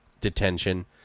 Detention